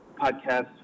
podcast